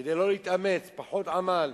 כדי לא להתאמץ, פחות עמל.